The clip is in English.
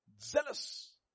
zealous